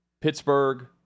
Pittsburgh